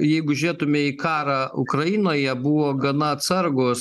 jeigu žiūrėtume į karą ukrainoje buvo gana atsargūs